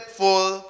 full